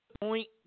point